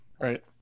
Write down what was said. Right